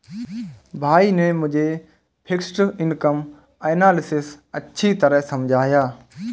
भाई ने मुझे फिक्स्ड इनकम एनालिसिस अच्छी तरह समझाया